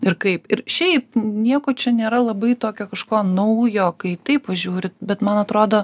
ir kaip ir šiaip nieko čia nėra labai tokio kažko naujo kai taip pažiūri bet man atrodo